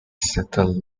settled